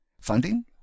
funding